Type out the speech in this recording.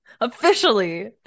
officially